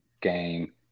game